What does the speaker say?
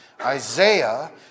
Isaiah